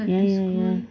ya ya ya